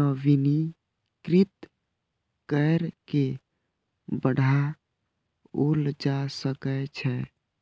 नवीनीकृत कैर के बढ़ाओल जा सकै छै